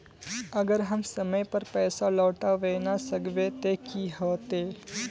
अगर हम समय पर पैसा लौटावे ना सकबे ते की होते?